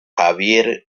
javier